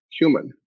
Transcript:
human